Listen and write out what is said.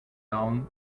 down